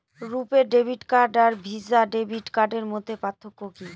রূপে debit card আর Visa debit কার্ডের মধ্যে পার্থক্য কি?